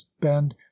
Bend